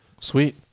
Sweet